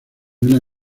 vena